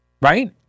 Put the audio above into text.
Right